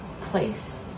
place